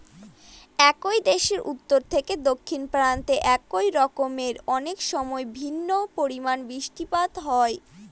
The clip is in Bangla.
একই দেশের উত্তর থেকে দক্ষিণ প্রান্তে একই মরশুমে অনেকসময় ভিন্ন পরিমানের বৃষ্টিপাত হয়